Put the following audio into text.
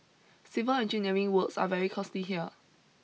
civil engineering works are very costly here